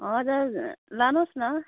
हजुर लानुहोस् न